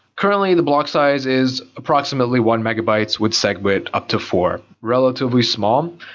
currently the block size is approximately one megabytes, would segway it up to four, relatively small.